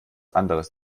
anderes